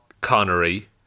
Connery